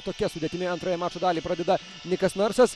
tokia sudėtimi antrąją mačo dalį pradeda nikas narsas